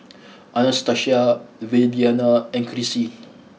Anastacia Viridiana and Krissy